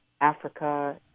Africa